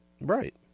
Right